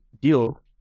deal